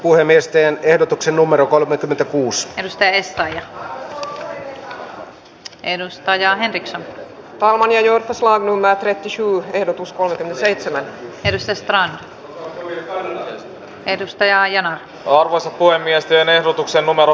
eduskunta edellyttää että hallitus antaa eduskunnalle esityksen ansiotuloverotuksen muuttamisesta niin että verotusta vähennetään yhdellä prosenttiyksiköllä kolmessa alimmassa veroluokassa ja puolella prosenttiyksiköllä korkeimmassa veroluokassa